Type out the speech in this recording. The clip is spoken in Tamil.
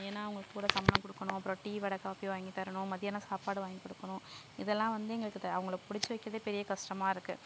ஏன்னா அவங்களுக்கு கூட சம்பளம் கொடுக்கணும் அப்புறம் டீ வடை காபி வாங்கி தரணும் மதியானம் சாப்பாடு வாங்கி கொடுக்கணும் இதுலாம் வந்து எங்களுக்கு அவங்கள பிடிச்சி வைக்குறதே பெரிய கஷ்டமாக இருக்குது